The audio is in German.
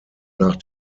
nach